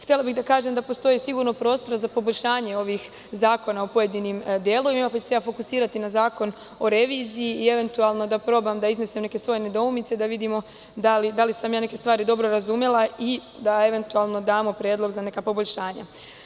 Htela bih da kažem da postoji sigurno prostor za poboljšanje ovih zakona u pojedinim delovima pa ću se fokusirati na zakon o reviziji i eventualno da probam da iznesem neke svoje nedoumice, da vidimo da li sam neke stvari dobro razumela i eventualno da damo predlog za poboljšanja.